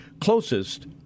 closest